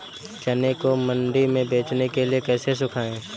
चने को मंडी में बेचने के लिए कैसे सुखाएँ?